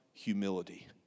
Humility